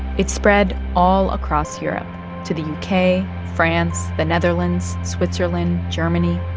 it spread all across europe to the u k, france, the netherlands, switzerland, germany.